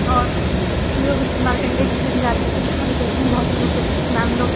और हम लोग मार्कण्डेय जी के जाते थे वहाँ पर दर्शन बहुत हमलोग की मैम लोग